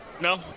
No